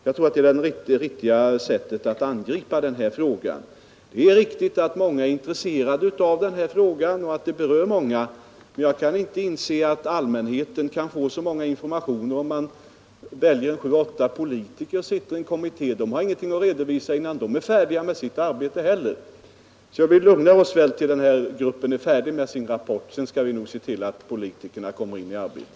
Jag tror att det är det riktiga sättet att angripa denna fråga. Det är riktigt att många är intresserade av denna fråga och att den berör många, men jag kan inte inse att allmänheten kan få så många informationer genom att man väljer in sju eller åtta politiker i en kommitté. Inte heller de har något att redovisa innan de är färdiga med sitt arbete. Så vi lugnar oss väl tills departementsgruppen är färdig med sin rapport. Sedan skall vi nog se till att politikerna kommer i arbete.